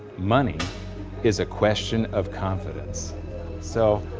money is a question of confidence so,